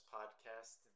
Podcast